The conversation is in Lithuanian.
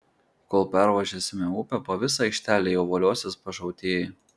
kol pervažiuosime upę po visą aikštelę jau voliosis pašautieji